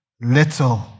little